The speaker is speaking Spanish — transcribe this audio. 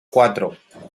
cuatro